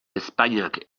ezpainak